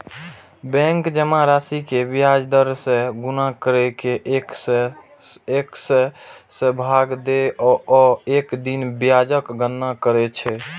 bank जमा राशि कें ब्याज दर सं गुना करि कें एक सय सं भाग दै छै आ एक दिन ब्याजक गणना करै छै